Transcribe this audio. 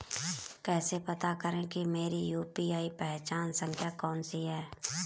कैसे पता करें कि मेरी यू.पी.आई पहचान संख्या कौनसी है?